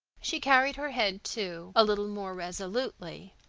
she carried her head, too, a little more resolutely.